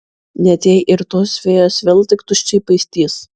net jei ir tos fėjos vėl tik tuščiai paistys